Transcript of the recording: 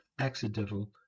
accidental